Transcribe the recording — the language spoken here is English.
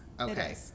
Okay